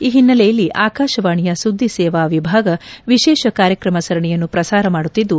ಈ ಹಿನ್ನೆಲೆಯಲ್ಲಿ ಆಕಾಶವಾಣಿಯ ಸುದ್ದಿ ಸೇವಾ ವಿಭಾಗ ವಿಶೇಷ ಕಾರ್ಯಕ್ರಮ ಸರಣಿಯನ್ನು ಪ್ರಸಾರ ಮಾಡುತ್ತಿದ್ದು